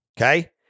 Okay